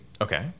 Okay